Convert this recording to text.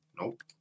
Nope